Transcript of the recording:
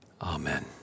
Amen